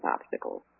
obstacles